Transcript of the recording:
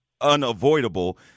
unavoidable